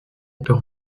par